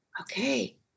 Okay